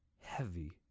heavy